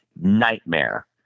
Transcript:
nightmare